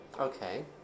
Okay